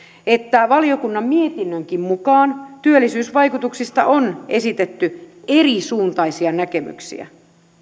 että valiokunnan mietinnönkin mukaan työllisyysvaikutuksista on esitetty erisuuntaisia näkemyksiä